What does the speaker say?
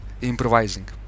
improvising